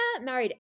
married